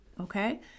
okay